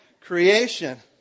Creation